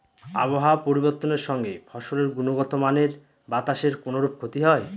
আবহাওয়ার পরিবর্তনের সঙ্গে ফসলের গুণগতমানের বাতাসের কোনরূপ ক্ষতি হয়?